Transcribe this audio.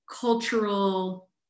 cultural